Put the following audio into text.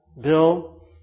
Bill